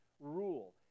rule